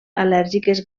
al·lèrgiques